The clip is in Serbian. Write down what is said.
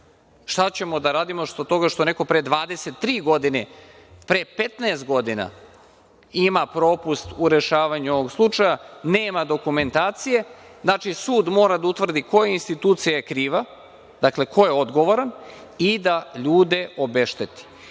ćemo da radimo zbog toga što neko pre 23 godine, pre 15 godina ima propust u rešavanju ovog slučaja, nema dokumentacije? Znači, sud mora da utvrdi koja institucija je kriva, ko je odgovoran i da ljude obešteti. Ne